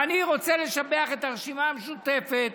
ואני רוצה לשבח את הרשימה המשותפת